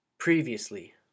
Previously